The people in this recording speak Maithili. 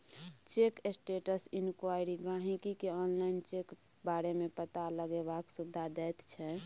चेक स्टेटस इंक्वॉयरी गाहिंकी केँ आनलाइन चेक बारे मे पता लगेबाक सुविधा दैत छै